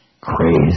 Crazy